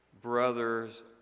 brother's